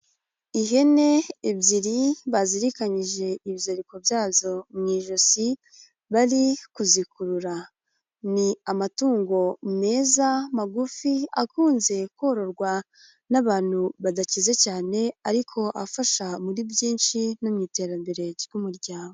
Ihene ebyiri bazirikanyije ibiziriko byazo mu ijosi bari kuzikurura. Ni amatungo meza magufi akunze kororwa n'abantu badakize cyane, ariko afasha muri byinshi no mu iterambere ry'umuryango.